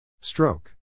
Stroke